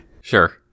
Sure